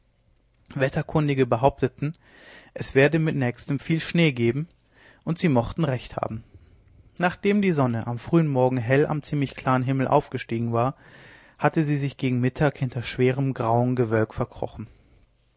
warm wetterkundige behaupteten es werde mit nächstem viel schnee geben und sie mochten recht haben nachdem die sonne am frühen morgen hell am ziemlich klaren himmel aufgestiegen war hatte sie sich gegen mittag hinter schwerem grauem gewölk verkrochen